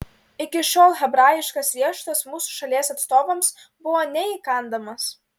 iki šiol hebrajiškas riešutas mūsų šalies atstovams buvo neįkandamas